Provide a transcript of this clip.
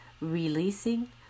releasing